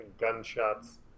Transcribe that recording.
gunshots